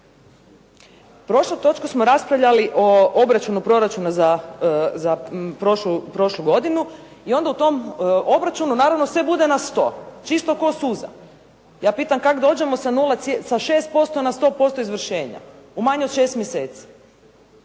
Prošlu točku smo raspravljali o obračunu proračuna za prošlu godinu i onda u tom obračunu naravno sve bude na 100 čisto ko suza. Ja pitam kak dođemo sa 6% na 100% izvršenja u manje od 6 mjeseci.